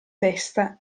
testa